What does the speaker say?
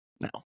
no